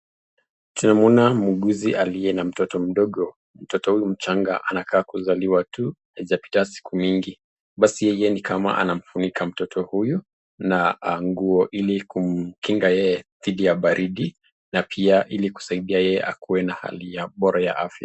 Tunaona mwuguzi alye na mtoto mdogo. Mtoto huyu mjanga anakaa kuzaliwa tu hazijabita siku nyingi basi yeye ni kama anafunika mtoto huyu na nguo ili kumkinga yeye dhidi ya baridi na pia ili kusaidia yeye akuwe na hali bora ya afya.